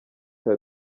her